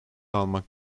almak